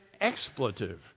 expletive